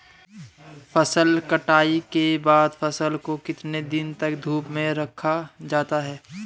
फसल कटाई के बाद फ़सल को कितने दिन तक धूप में रखा जाता है?